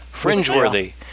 Fringeworthy